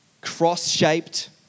Cross-shaped